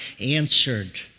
answered